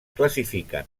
classifiquen